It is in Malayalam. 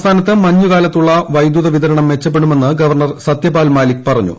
സംസ്ഥാനത്ത് മഞ്ഞുകാലത്തുള്ള വൈദ്യുത വിതരണം മെച്ചപ്പെടുമെന്ന് ഗവർണ്ണർ സത്യപാൽ മാലിക് പറഞ്ഞു